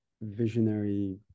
visionary